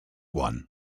one